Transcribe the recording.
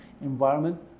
environment